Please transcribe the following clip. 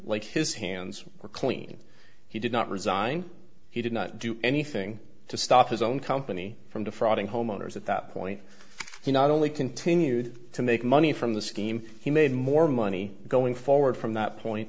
like his hands were clean he did not resign he did not do anything to stop his own company from defrauding homeowners at that point he not only continued to make money from the scheme he made more money going forward from that point